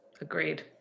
Agreed